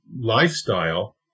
lifestyle